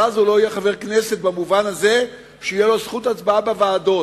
אבל אז הוא לא יהיה חבר כנסת במובן הזה שתהיה לו זכות הצבעה בוועדות.